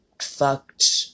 Fucked